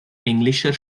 englischer